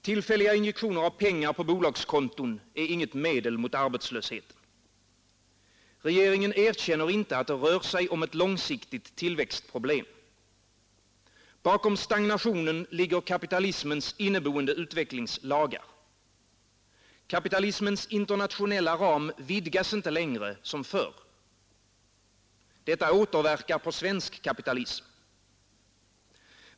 Tillfälliga injektioner av pengar på bolagskonton är inget medel mot arbetslösheten. Regeringen erkänner inte att det rör sig om ett långsiktigt tillväxtproblem. Bakom stagnationen ligger kapitalismens inneboende utvecklingslagar. Kapitalismens internationella ram vidgas inte längre som förr. Detta återverkar på svensk kapitalism.